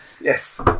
Yes